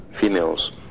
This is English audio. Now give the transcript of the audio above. females